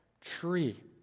tree